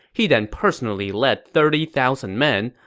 he then personally led thirty thousand men,